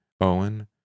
Owen